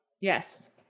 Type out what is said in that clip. Yes